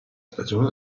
stagione